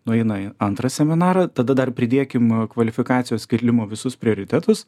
nueina į antrą seminarą tada dar pridėkim kvalifikacijos kėlimo visus prioritetus